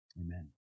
amen